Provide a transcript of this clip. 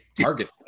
target